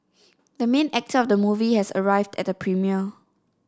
the main actor of the movie has arrived at the premiere